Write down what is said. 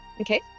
Okay